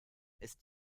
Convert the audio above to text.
ist